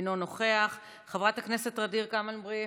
אינו נוכח, חברת הכנסת ע'דיר כמאל מריח,